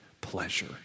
pleasure